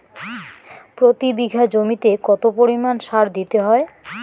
প্রতি বিঘা জমিতে কত পরিমাণ সার দিতে হয়?